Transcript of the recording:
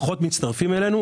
פחות מצטרפים אלינו.